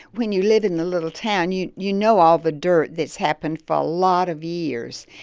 when you live in a little town, you you know all the dirt that's happened for a lot of years,